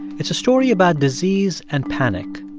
it's a story about disease and panic,